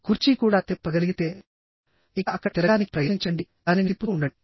కుర్చీ కూడా తిప్పగలిగితే ఇక్కడ అక్కడ తిరగడానికి ప్రయత్నించకండి దానిని తిప్పుతూ ఉండండి